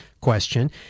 question